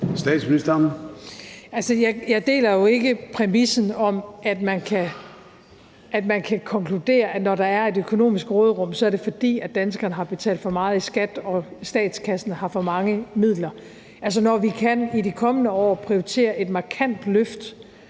Altså, jeg deler jo ikke præmissen om, at man kan konkludere, at når der er et økonomisk råderum, er det, fordi danskerne har betalt for meget i skat og statskassen har for mange midler. Når vi i de kommende år kan prioritere et markant løft